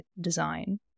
design